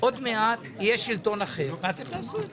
ההיבט האדמיניסטרטיבי מנוהל ברשות המיסים.